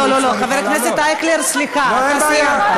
לא, לא, חבר הכנסת אייכלר, סליחה, אתה סיימת.